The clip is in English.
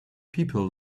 people